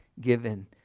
given